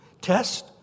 test